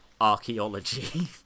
archaeology